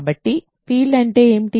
కాబట్టి ఫీల్డ్ అంటే ఏమిటి